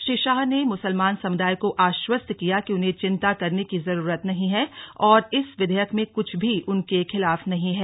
श्री शाह ने मुसलमान समुदाय को आश्वस्त किया कि उन्हें चिंता करने की जरूरत नहीं है और इस विधेयक में कुछ भी उनके खिलाफ नहीं है